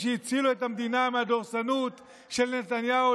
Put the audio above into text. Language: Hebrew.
שהצילו את המדינה מהדורסנות של נתניהו,